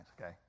okay